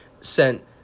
sent